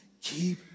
Keep